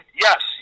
yes